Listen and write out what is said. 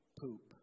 poop